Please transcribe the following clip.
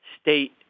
state